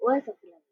ושגעו את הכלבים.